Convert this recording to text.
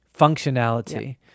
Functionality